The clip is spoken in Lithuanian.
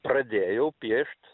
pradėjau piešt